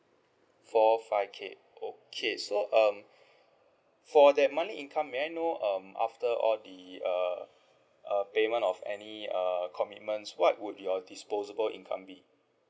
four five K okay so um for that monthly income may I know um after all the uh uh payment of any uh commitments what would your disposable income be